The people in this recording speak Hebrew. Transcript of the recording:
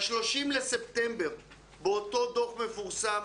ל-30 בספטמבר באותו דוח מפורסם